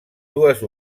dues